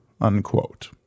Unquote